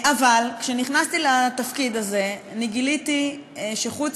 אבל כשנכנסתי לתפקיד הזה גיליתי שחוץ